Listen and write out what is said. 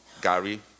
Gary